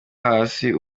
hasi